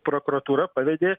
prokuratūra pavedė